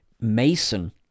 Mason